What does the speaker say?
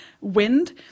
wind